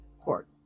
court